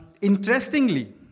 interestingly